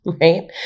right